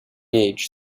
age